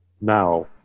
Now